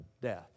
death